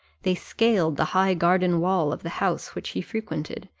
they scaled the high garden wall of the house which he frequented,